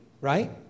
right